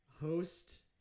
host